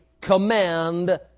command